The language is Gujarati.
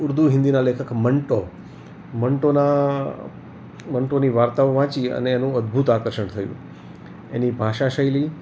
ઉર્દૂ હિંદીનાં લેખક મંટો મંટોનાં મંટોની વાર્તાઓ વાંચી અને એનું અદ્ભુત આકર્ષણ થયું એની ભાષા શૈલી